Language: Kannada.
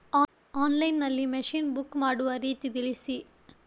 ಆನ್ಲೈನ್ ನಲ್ಲಿ ಮಷೀನ್ ಬುಕ್ ಮಾಡುವ ರೀತಿ ತಿಳಿಸಿ?